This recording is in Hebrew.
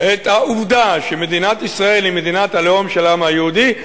את העובדה שמדינת ישראל היא מדינת הלאום של העם היהודי,